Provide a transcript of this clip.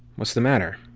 what's the matter,